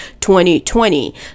2020